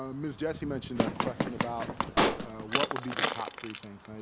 um ms. jessie mentioned a question about what would be the top three things,